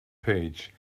page